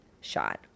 shot